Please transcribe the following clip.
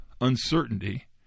uncertainty